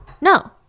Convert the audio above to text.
No